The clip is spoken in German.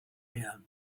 her